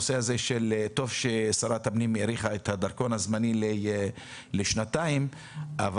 טוב ששרת הפנים האריכה את תוקף הדרכון השנתי לשנתיים אבל